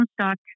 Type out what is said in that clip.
start